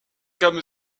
comme